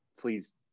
please